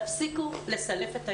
תפסיקו לסלף את האמת.